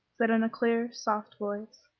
said in a clear, soft voice